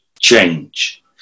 change